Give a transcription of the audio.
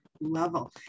level